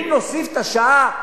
ואם נוסיף את השעה,